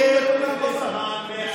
אפס אמר על 100: אפס.